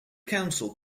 council